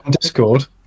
Discord